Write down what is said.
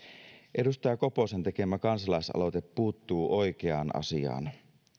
edustaja koposen tekemä kansalaisaloite puuttuu oikeaan asiaan